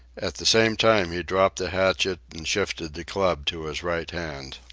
at the same time he dropped the hatchet and shifted the club to his right hand.